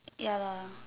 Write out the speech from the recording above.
ya lah